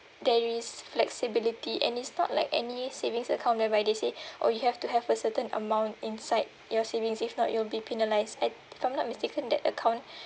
there is flexibility and it's not like any savings account whereby they say oh you have to have a certain amount inside your savings if not you'll be penalised at if I'm not mistaken that account